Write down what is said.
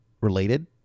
related